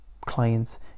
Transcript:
clients